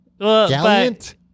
gallant